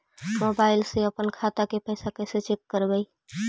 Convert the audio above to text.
Mobile से अपन खाता के पैसा कैसे चेक करबई?